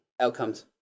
outcomes